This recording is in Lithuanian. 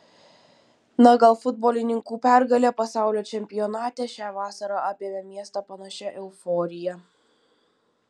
na gal futbolininkų pergalė pasaulio čempionate šią vasarą apėmė miestą panašia euforija